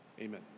Amen